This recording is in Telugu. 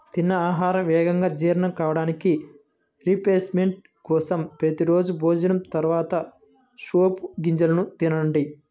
తిన్న ఆహారం వేగంగా జీర్ణం కావడానికి, రిఫ్రెష్మెంట్ కోసం ప్రతి రోజూ భోజనం తర్వాత సోపు గింజలను తినండి